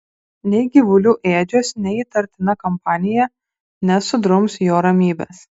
nei gyvulių ėdžios nei įtartina kompanija nesudrums jo ramybės